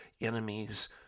enemies